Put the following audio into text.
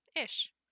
Ish